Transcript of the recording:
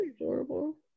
adorable